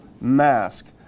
mask